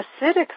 acidic